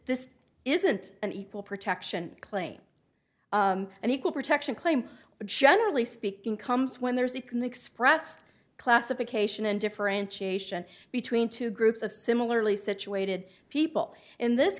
this isn't an equal protection claim and equal protection claim but generally speaking comes when there's you can express classification and differentiation between two groups of similarly situated people in this